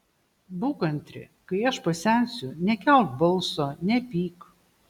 būk kantri kai aš pasensiu nekelk balso nepyk